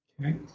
Okay